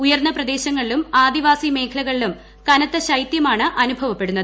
ഉയ്ക്ക്ൻ ്പ്രദേശങ്ങളിലും ആദിവാസി മേഖലകളിലും കനത്ത ൃ ൃശ്ശെത്യമാണ് അനുഭവപ്പെടുന്നത്